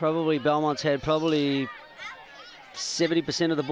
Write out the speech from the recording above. probably belmont's have probably seventy percent of the